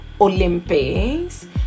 Olympics